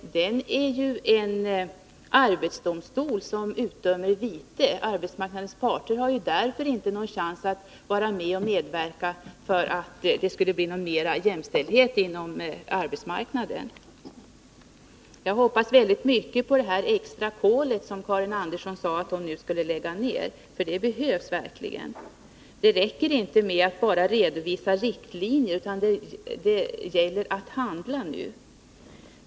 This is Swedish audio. Men den är ju en arbetsdomstol som utdömer vite. Arbetsmarknadens parter har där inte någon chans att medverka till att det blir större jämställdhet på arbetsmarknaden. Jag hoppas väldigt mycket på det extra kolet som Karin Andersson sade att hon skulle lägga på, för det behövs verkligen. Det räcker inte med att bara redovisa riktlinjer, utan det gäller att handla nu.